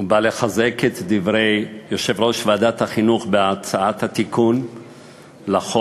ובא לחזק את דברי יושב-ראש ועדת החינוך בהצעת התיקון לחוק.